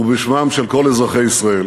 ובשמם של כל אזרחי ישראל